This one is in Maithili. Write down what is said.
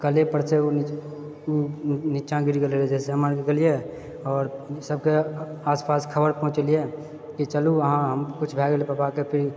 कले परसे ओ नीचाँ गिर गेलै रहऽ जाहिसँ हमरा आरके गेलियै आओर सबके आसपास खबर पहुँचेलिऐ कि चलू अहाँ किछु भए गेलै पापाके